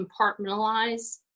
compartmentalize